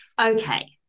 Okay